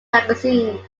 magazine